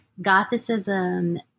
Gothicism